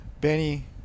Benny